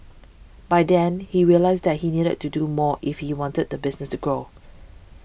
by then he realised that he needed to do more if he wanted the business to grow